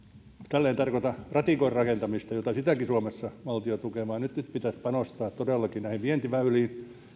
en tarkoita ratikoiden rakentamista jota sitäkin suomessa valtio tukee vaan nyt nyt pitäisi todella panostaa vientiväyliin